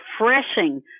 refreshing